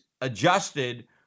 adjusted